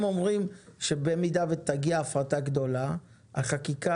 הם אומרים שבמידה ותגיע הפרטה גדולה החקיקה